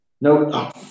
No